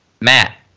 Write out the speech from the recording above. Matt